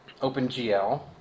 OpenGL